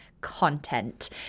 content